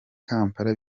kampala